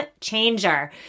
changer